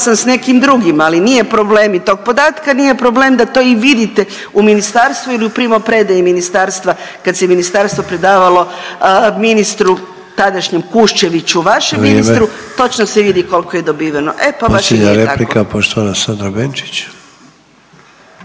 sam s nekim drugim, ali nije problem i tog podatka i nije problem da to i vidite u ministarstvu ili u primopredaji ministarstva kad se ministarstvo predavalo ministru, tadašnjem, Kuščeviću, vašem ministru, .../Upadica: Vrijeme./... točno se vidi koliko je dobiveno. E pa baš i nije tako.